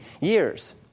years